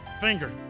Finger